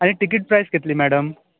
आनी टिकीट प्रायस कितली मॅडम